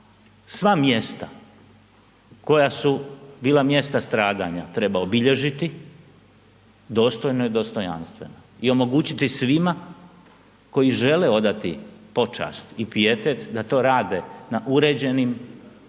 sva mjesta koja su bila mjesta stradanja treba obilježiti dostojno i dostojanstveno i omogućiti svima koji žele odati počast i pijetet da to rade na uređenim, jasno